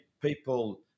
people